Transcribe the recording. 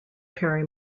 perry